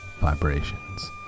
vibrations